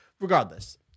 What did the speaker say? Regardless